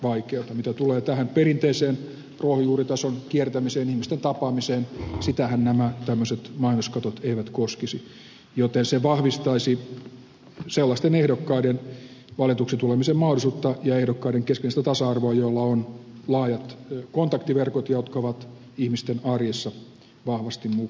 mitä tulee tähän perinteiseen ruohonjuuritason kiertämiseen ihmisten tapaamiseen sitähän nämä tämmöiset mainoskatot eivät koskisi joten se vahvistaisi sellaisten ehdokkaiden valituksi tulemisen mahdollisuutta ja ehdokkaiden keskinäistä tasa arvoa joilla on laajat kontaktiverkot ja jotka ovat ihmisten arjessa vahvasti mukana